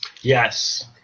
Yes